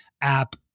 app